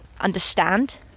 understand